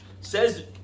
Says